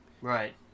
Right